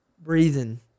breathing